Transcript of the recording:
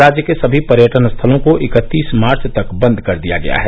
राज्य के सभी पर्यटन स्थलों को इकत्तीस मार्च तक बंद कर दिया गया है